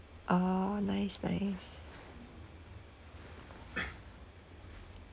oh nice nice